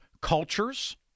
cultures